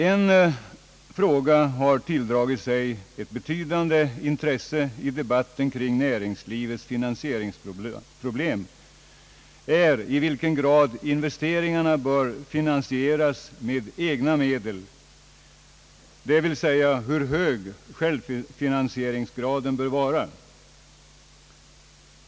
En fråga som har tilldragit sig ett betydande intresse i debatten kring näringslivets finansieringsproblem är i vilken grad investeringar bör finansieras med egna medel, d.v.s. hur hög självfinansieringsgraden bör vara.